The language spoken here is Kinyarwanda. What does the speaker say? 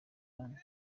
n’abandi